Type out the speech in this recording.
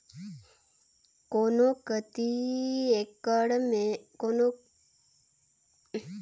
कोनो कती एकड़ में जमीन ल बताथें ता कोनो कती कर किसान मन हेक्टेयर में